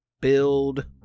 Build